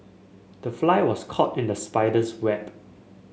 the fly was caught in the spider's web